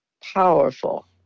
powerful